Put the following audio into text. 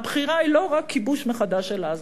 הבחירה היא לא רק כיבוש מחדש של עזה.